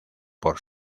por